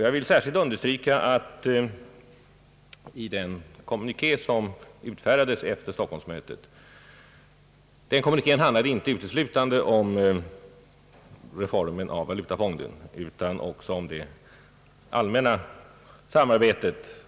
Jag vill särskilt understryka att den kommuniké, som utfärdades efter Stockholmsmötet, inte uteslutande handlade om reformen av valutafonden utan också om det allmänna samarbetet